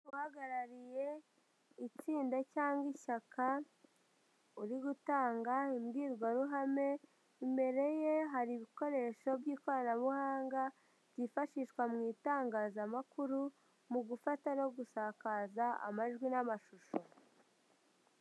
Uhagarariye itsinda cyangwa ishyaka uri gutanga imbwirwaruhame, imbere ye hari ibikoresho by'ikoranabuhanga byifashishwa mu itangazamakuru mu gufata no gusakaza amajwi n'amashusho.